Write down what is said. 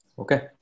Okay